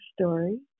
story